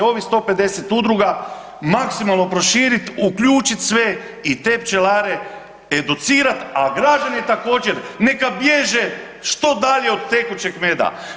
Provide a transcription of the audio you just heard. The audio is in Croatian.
Ovih 150 udruga maksimalno proširit, uključit sve i te pčelare educirat, a građani također neka bježe što dalje od tekućeg meda.